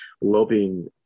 Lobbying